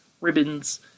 ribbons